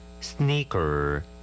Sneaker